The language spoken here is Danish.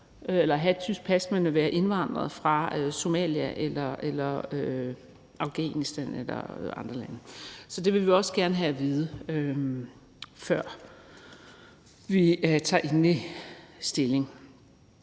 eller have et tysk pas, men være indvandret fra Somalia eller Afghanistan eller andre lande. Så det vil vi også gerne have at vide, før vi tager endelig stilling.